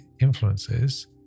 influences